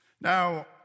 Now